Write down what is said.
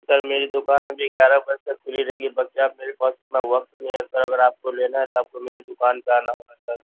سر میری دُکان ابھی گیارہ بجے تک کھلی رہے گی بلکہ آپ میرے پاس اتنا وقت نہیں ہے سر اگر آپ کو لینا ہے تو آپ کو میری دُکان پہ آنا ہوگا سر